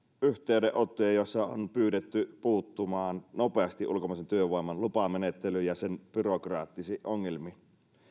yhteydenottoja joissa on pyydetty puuttumaan nopeasti ulkomaisen työvoiman lupamenettelyyn ja sen byrokraattisiin ongelmiin